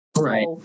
Right